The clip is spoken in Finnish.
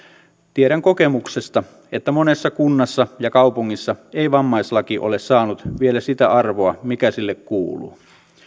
tiedän kokemuksesta että monessa kunnassa ja kaupungissa ei vammaislaki ole saanut vielä sitä arvoa mikä sille kuuluu